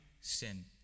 sin